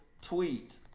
tweet